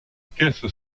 caisse